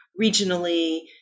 regionally